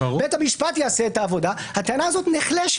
אלא בית המשפט יעשה את העבודה הטענה זאת נחלשת.